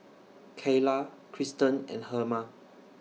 Cayla Kristan and Herma